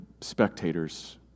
spectators